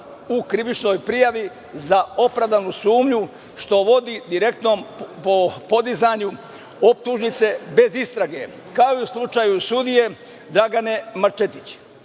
u krivičnoj prijavi za opravdanu sumnju, što vodi direktnom podizanju optužnice, bez istrage, kao u slučaju sudije Dragane Marčetić